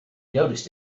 noticed